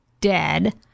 dead